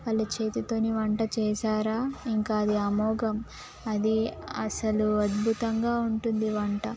వాళ్ళ చేతితోని వంట చేసారా ఇంకా అది అమోఘం అది అసలు అద్భుతంగా ఉంటుంది వంట